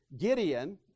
Gideon